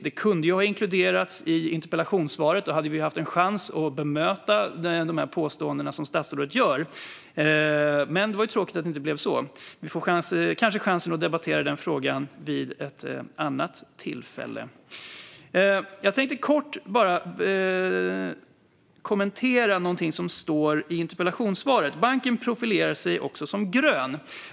De kunde ju ha inkluderats i interpellationssvaret, för då hade jag haft en chans att bemöta statsrådets påståenden. Det var tråkigt att det inte blev så, men vi får kanske chansen att debattera den frågan vid ett annat tillfälle. Jag ska kort kommentera det som sägs i interpellationssvaret om att banken profilerar sig som grön.